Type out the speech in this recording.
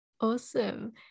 Awesome